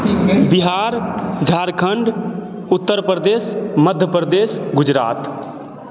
Bihar Jharkhand Uttar Pradesh Madhya Pradesh Gujarat